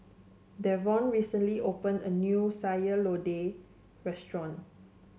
Devon recently opened a new Sayur Lodeh Restaurant